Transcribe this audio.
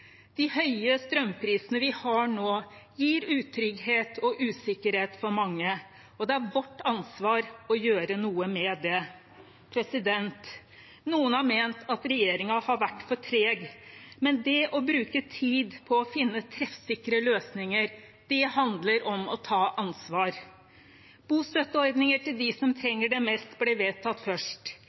De høye strømprisene vi har nå, gir utrygghet og usikkerhet for mange, og det er vårt ansvar å gjøre noe med det. Noen har ment at regjeringen har vært for treg, men det å bruke tid på å finne treffsikre løsninger handler om å ta ansvar. Bostøtteordninger til dem som trenger det mest, ble vedtatt først.